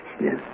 Yes